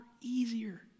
easier